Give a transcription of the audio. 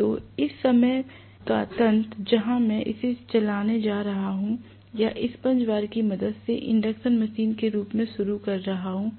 तो इस तरह का तंत्र जहां मैं इसे शुरू में चलाने जा रहा हूं या स्पंज बार की मदद से इंडक्शन मशीन के रूप में शुरू कर रहा हूं